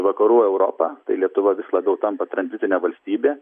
vakarų europa tai lietuva vis labiau tampa tranzitine valstybe